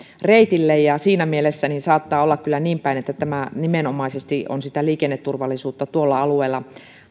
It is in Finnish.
reitille siinä mielessä saattaa olla niin päin että tämä nimenomaisesti on liikenneturvallisuutta tuolla alueella